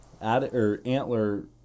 antler